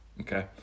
Okay